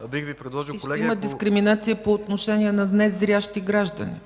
ЦАЧЕВА: И ще има дискриминация по отношение на незрящи граждани.